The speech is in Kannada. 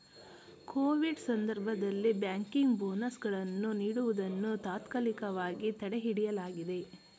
ಕೋವಿಡ್ ಸಂದರ್ಭದಲ್ಲಿ ಬ್ಯಾಂಕಿಂಗ್ ಬೋನಸ್ ಗಳನ್ನು ನೀಡುವುದನ್ನು ತಾತ್ಕಾಲಿಕವಾಗಿ ತಡೆಹಿಡಿಯಲಾಗಿದೆ